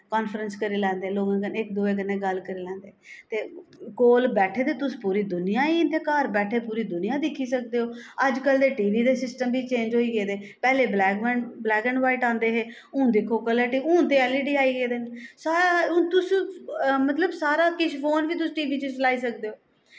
conference करी लैंदे लोगें कन्नै इक दूऐ कन्नै गल्ल करी लैंदे ते कोल बैठे दे तुस पूरी दूनियां ई इं'दे घर बैठे दे पूरी दूनियां दिक्खी सकदे ओ अज्जकल ते जेह्ड़े टी वी दे सिस्टम बी चेंज होई गेदे पैह्लें ब्लैक ब्लैक एंड व्हाइट आंदे हे हून दिक्खो कलर ते हून ते एल ई डी आई गेदे न सारा हून मतलब तुस सारा किश फोन बी तुस टी वी बिच लाई सकदे ओ